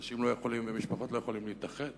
אנשים ומשפחות לא יכולים להתאחד